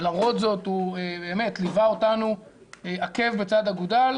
ולמרות זאת הוא באמת ליווה אותנו עקב בצד אגודל,